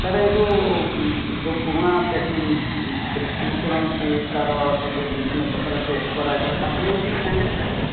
ସାର ଏ ଯେଉଁ ଯେଉଁ ପୁରୁଣା ପେସିକ୍ରିପସନ୍ ଅଛି ତାର ସବୁ ବିଭିନ୍ନ ପ୍ରକାର ଟେଷ୍ଟ୍ କରାଯାଇଥିଲା ତାକୁ ନେଇକି ଯିବି ସାଙ୍ଗରେ ସାର